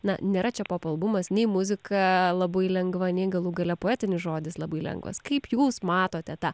na nėra čia pop albumas nei muzika labai lengva nei galų gale poetinis žodis labai lengvas kaip jūs matote tą